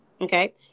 Okay